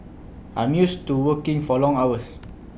I'm used to working for long hours